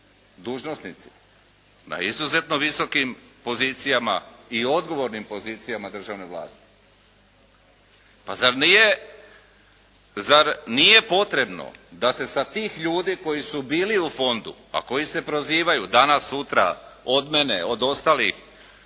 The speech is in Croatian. dužnosnici na izuzetno visokim pozicijama i odgovornim pozicijama državne vlasti. Pa zar nije potrebno da se sa tih ljudi koji su bili u fondu, a koji se prozivaju danas, sutra od mene, od ostalih